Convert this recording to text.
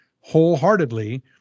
wholeheartedly